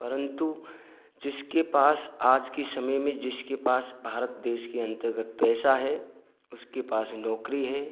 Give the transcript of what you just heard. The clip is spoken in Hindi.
परंतु जिसके पास आज के शमे में जिसके पास भारत देश के अन्तर्गत पैसा हे उसके पास नौकरी है